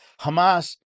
Hamas